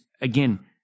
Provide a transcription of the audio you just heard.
again